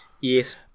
Yes